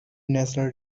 national